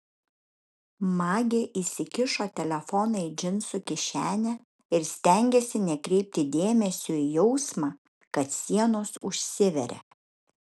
magė įsikišo telefoną į džinsų kišenę ir stengėsi nekreipti dėmesio į jausmą kad sienos užsiveria